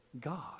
God